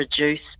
reduce